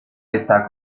está